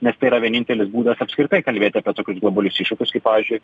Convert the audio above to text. nes tai yra vienintelis būdas apskritai kalbėti apie tokius globalius iššūkius kaip pavyzdžiui